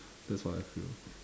that's what I feel